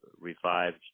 revived